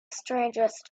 strangest